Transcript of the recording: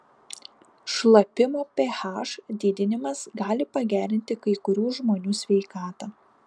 šlapimo ph didinimas gali pagerinti kai kurių žmonių sveikatą